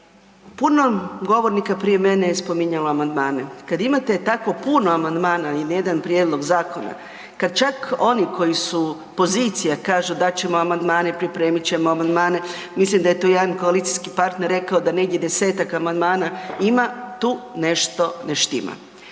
Puno govornika prije mene je spominjalo amandmane, kad imate tako puno amandmana na jedan prijedlog zakona, kada čak oni koji su pozicija kažu dat ćemo amandmane, pripremit ćemo amandmane mislim da je tu jedan koalicijski partner rekao da negdje desetak amandmana ima, tu nešto ne štima.